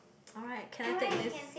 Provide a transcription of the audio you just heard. alright can I take this